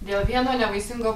dėl vieno nevaisingo